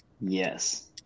Yes